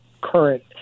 current